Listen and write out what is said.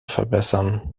verbessern